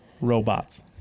Robots